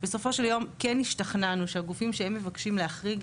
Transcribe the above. ובסופו של יום כן השתכנענו שהגופים שהם מבקשים להחריג,